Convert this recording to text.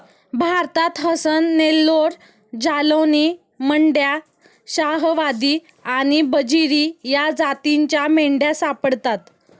भारतात हसन, नेल्लोर, जालौनी, मंड्या, शाहवादी आणि बजीरी या जातींच्या मेंढ्या सापडतात